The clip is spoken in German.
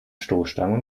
stoßstangen